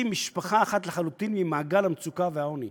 משפחה אחת לחלוטין ממעגל המצוקה והעוני,